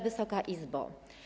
Wysoka Izbo!